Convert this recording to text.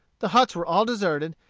the huts were all deserted,